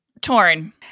torn